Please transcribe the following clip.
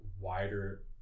wider